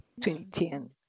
2010